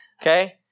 Okay